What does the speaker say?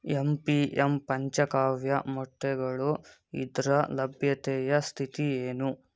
M P M ಪಂಚಕಾವ್ಯ ಮೊಟ್ಟೆಗಳು ಇದರ ಲಭ್ಯತೆಯ ಸ್ಥಿತಿ ಏನು